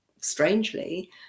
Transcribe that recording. strangely